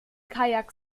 kajak